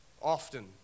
often